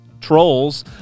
trolls